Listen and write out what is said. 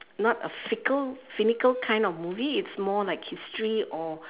not a fickle finical kind of movie it's more like history or